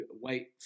wait